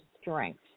strength